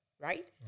Right